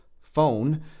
phone